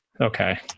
Okay